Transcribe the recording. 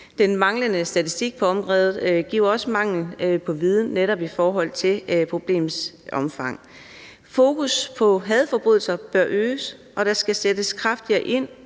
Den manglende statistik på området afstedkommer netop også, at der er mangel på viden i forhold til problemets omfang. Fokus på hadforbrydelser bør øges, og skal der sættes kraftigere ind